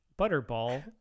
Butterball